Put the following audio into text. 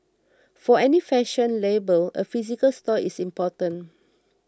for any fashion label a physical store is important